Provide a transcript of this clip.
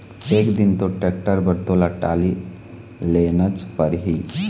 एक दिन तो टेक्टर बर तोला टाली लेनच परही